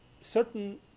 certain